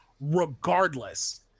regardless